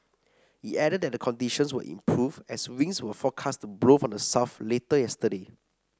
it added that conditions would improve as winds were forecast to blow from the south later yesterday